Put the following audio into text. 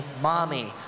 Mommy